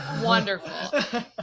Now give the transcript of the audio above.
Wonderful